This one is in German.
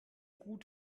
gut